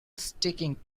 sticking